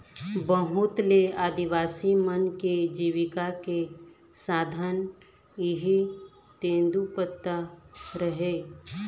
बहुत ले आदिवासी मन के जिविका के साधन इहीं तेंदूपत्ता हरय